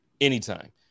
anytime